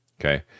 Okay